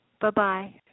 Bye-bye